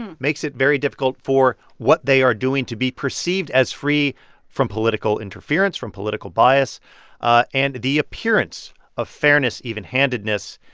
and makes it very difficult for what they are doing to be perceived as free from political interference, from political bias ah and the appearance of fairness, even-handedness,